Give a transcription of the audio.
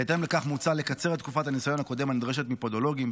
בהתאם לכך מוצע לקצר את תקופת הניסיון הקודם הנדרשת מפודולוגים,